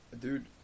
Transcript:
Dude